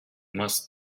must